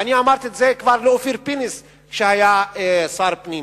וכבר אמרתי את זה לחבר הכנסת פינס כשהיה שר הפנים.